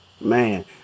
man